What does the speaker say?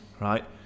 right